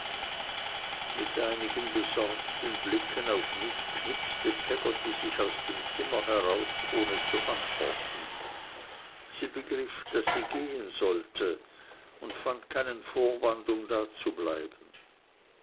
mit einigen besorgten blicken auf mich knixte peggotty sich aus dem zimmer heraus ohne zu antworten sie begriff daß sie gehen sollte und fand keinen vorwand um dazubleiben